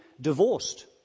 divorced